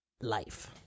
life